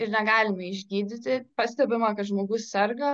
ir negalime išgydyti pastebima kad žmogus serga